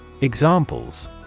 Examples